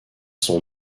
sont